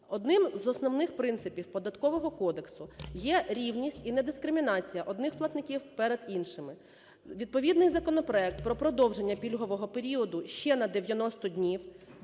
Одним з основних принципів Податкового кодексу є рівність і недискримінація одних платників перед іншими. Відповідний законопроект про продовження пільгового періоду ще на 90 днів